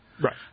Right